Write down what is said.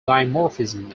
dimorphism